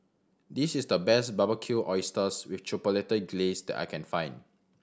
this is the best Barbecued Oysters with Chipotle Glaze that I can find